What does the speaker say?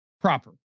proper